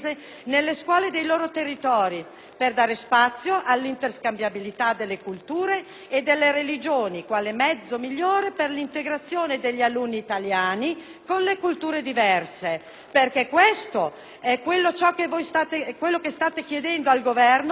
per dare spazio all'interscambiabilità delle culture e delle religioni quale mezzo migliore per l'integrazione degli alunni italiani con le culture diverse. Perché è questo ciò che voi state chiedendo al Governo a nome dei vostri elettori.